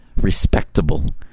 respectable